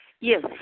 Yes